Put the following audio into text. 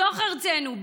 בתוך ארצנו,